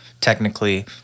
technically